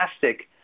fantastic